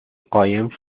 قایم